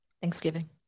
thanksgiving